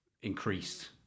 increased